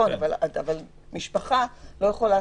אבל משפחה לא יכולה